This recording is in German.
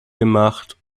gemacht